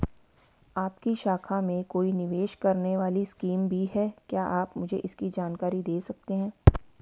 आपकी शाखा में कोई निवेश करने वाली स्कीम भी है क्या आप मुझे इसकी जानकारी दें सकते हैं?